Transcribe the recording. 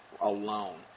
alone